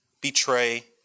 betray